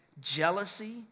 jealousy